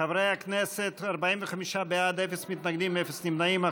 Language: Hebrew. חברי הכנסת, 45 בעד, אפס מתנגדים, אפס נמנעים.